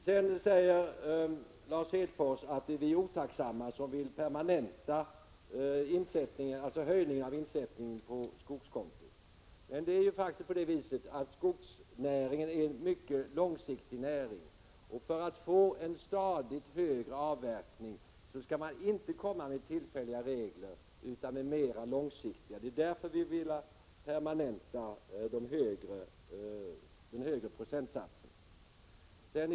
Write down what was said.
Sedan säger Lars Hedfors att vi är otacksamma som vill permanenta höjningen av insättning på skogskonto. Men det är faktiskt på det viset att skogsnäringen är en mycket långsiktig näring. För att få en stadigt högre avverkning skall man inte införa tillfälliga regler utan mer långsiktiga. Det är därför vi har velat permanenta den högre procentsatsen.